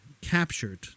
captured